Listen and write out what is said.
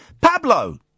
Pablo